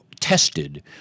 tested